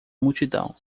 multidão